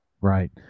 Right